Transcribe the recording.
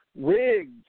rigged